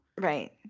Right